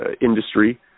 industry